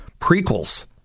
prequels